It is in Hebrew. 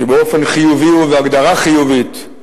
שבאופן חיובי ובהגדרה חיובית,